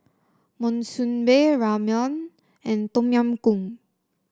Monsunabe Ramyeon and Tom Yam Goong